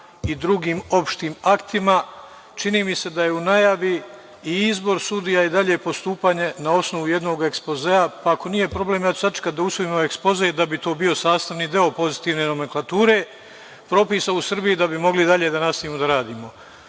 i drugim opštim aktima. Čini mi se da je u najavi i izbor sudija i dalje postupanje na osnovu jednog ekspozea, pa ako nije problem, ja ću sačekati da usvojimo ovaj ekspoze da bi to bio sastavni deo pozitivne nomenklature propisa u Srbiji, da bi mogli dalje da nastavimo da radimo.